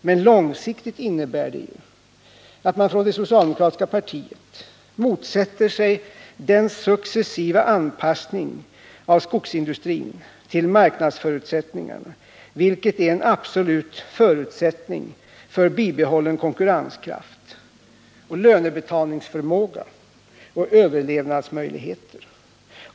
Men långsiktigt innebär de ju att man från det socialdemokratiska partiet motsätter sig den successiva anpassning av skogsindustrin till marknadsförutsättningarna som är en absolut förutsättning för bibehållen konkurrenskraft. lönebetalningsförmåga och överlevnadsmöjligheter.